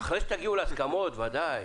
אחרי שתגיעו להסכמות, ודאי.